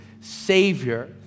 Savior